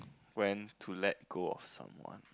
when to let go of someone